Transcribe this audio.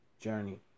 journey